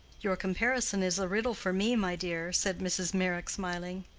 your comparison is a riddle for me, my dear, said mrs. meyrick, smiling.